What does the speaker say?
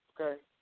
Okay